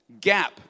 gap